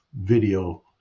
video